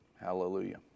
hallelujah